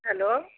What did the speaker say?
hello